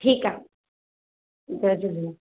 ठीकु आहे जय झूलेलाल